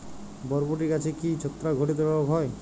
বরবটি গাছে কি ছত্রাক ঘটিত রোগ হয়?